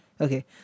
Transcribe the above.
Okay